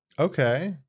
okay